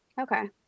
Okay